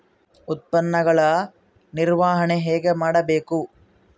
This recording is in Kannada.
ಉತ್ಪನ್ನಗಳ ನಿರ್ವಹಣೆ ಹೇಗೆ ಮಾಡಬೇಕು?